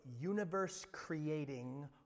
universe-creating